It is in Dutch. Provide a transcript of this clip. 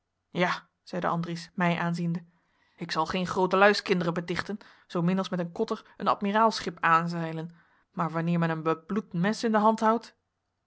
ja zeide andries mij aanziende ik zal geen grooteluis kinderen betichten zoomin als met een kotter een admiraalsschip aanzeilen maar wanneer men een bebloed mes in de hand houdt